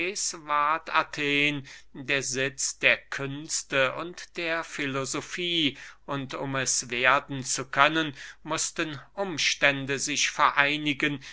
athen der sitz der künste und der filosofie und um es werden zu können mußten umstände sich vereinigen